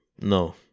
no